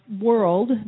world